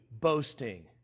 boasting